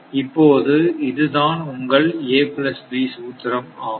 இப்போது இதுதான் உங்கள் ab சூத்திரம் ஆகும்